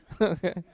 Okay